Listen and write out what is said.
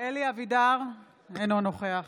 אלי אבידר אינו נוכח